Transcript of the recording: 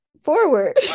forward